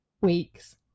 weeks